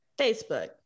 facebook